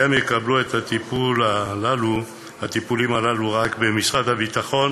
והם יקבלו את הטיפולים הללו רק במשרד הביטחון